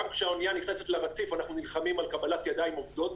גם כשהאונייה נכנסת לרציף אנחנו נלחמים על קבלת ידיים עובדות.